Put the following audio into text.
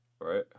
Right